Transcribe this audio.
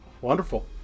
wonderful